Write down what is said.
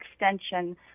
extension